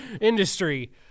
industry